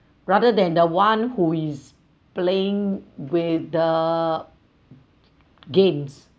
rather than the one who is playing with the games